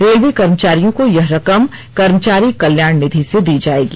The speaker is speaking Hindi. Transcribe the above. रेलवे कर्मचारियों को यह रकम कर्मचारी कल्याण निधि से दी जाएगी